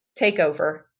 takeover